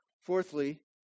Fourthly